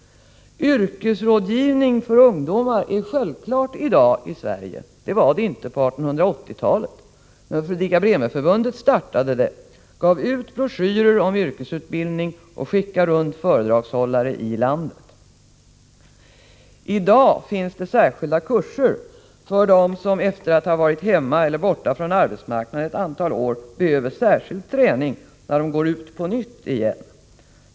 Yrkesrådgivning för ungdomar är någonting självklart i dag i Sverige. Det var det inte på 1880-talet. Men Fredrika-Bremer-Förbundet startade den, gav ut broschyrer om yrkesutbildning och skickade runt föredragshållare i landet. I dag finns det särskilda kurser för kvinnor som efter att ha varit hemma eller borta från arbetsmarknaden ett antal år behöver särskild träning när de på nytt går ut på arbetsmarknaden.